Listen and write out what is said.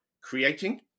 creating